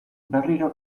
berriro